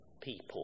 people